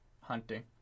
hunting